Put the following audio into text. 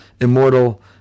immortal